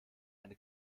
eine